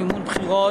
(מימון בחירות